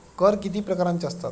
कर किती प्रकारांचे असतात?